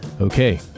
Okay